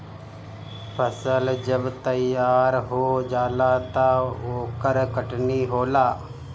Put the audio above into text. फसल जब तैयार हो जाला त ओकर कटनी होला